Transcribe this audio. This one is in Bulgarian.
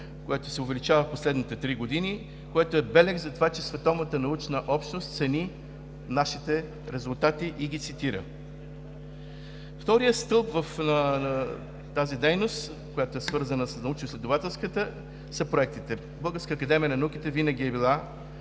което се увеличава в последните три години, което е белег за това, че световната научна общност цени нашите резултати и ги цитира. Вторият стълб на тази дейност, която е свързана с научно-изследователската, са проектите. Българската академия на науките винаги е била